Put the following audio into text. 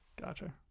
gotcha